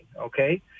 Okay